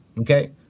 Okay